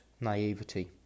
naivety